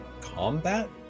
combat